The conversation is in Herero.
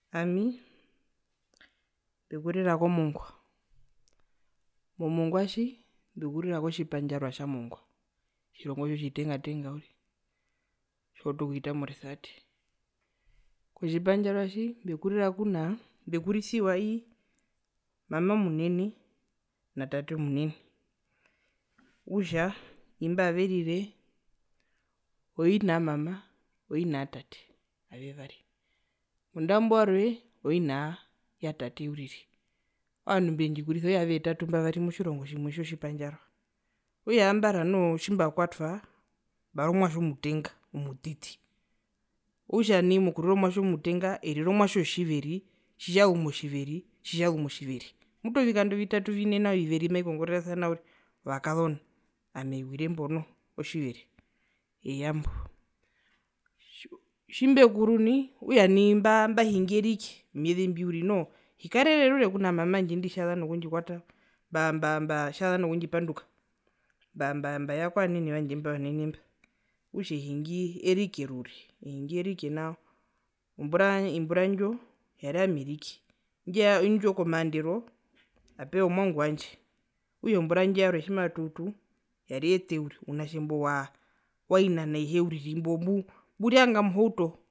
Ami mbekurira komongua momongua tji mbekurira kotjipandjarua tja mongua otjirongo tjo tjitenga tenga uriri tjiwautu okuhita moresevate. Kotjipandjarua tji mbekurira punaa mbekurisiwa i mama omunene na tate omunene okutja imba averire oina ya mama o ina ya tate munda mbo warwe arire ina ya tate uriri oovandu mbendjikurisa okutja aveetatu mba vari motjirongo tjimwe tji otjipandjarua okutja noho tjimbakwatwa mbari omwatje omutenga omutiti, okutja nai mokurira omwatje omutenga erire omwatje wotjiveri tjitjazu motjiveri tjitjazu motjiveri mutu oovikando vitatu vine nao mbi mavikongorerasana ovakazona ami ewire mbo noho otjiveri eya mbo, tjimbekuru nai okutja nai mba mbahingi erike omyeze mbi uriri noho hikarere orure kuna mama wandje indi tjaza nokundjikwata tjaza mba mba tjaza nokundjipanduka mba mba mbaya kovanene vandje imbo vanene mba okutja ehingi erike orure ehingi erike nao ombura ombura ndjo yari ami erike indjo komaandero apeya omwangu wandje okutja ombura indjo yarwe tjimatuutu yari ete uriri ounatje imbwi waina na ihe uriri mburyanga mohauto.